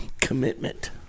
commitment